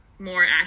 more